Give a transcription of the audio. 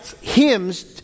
hymns